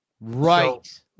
Right